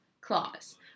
clause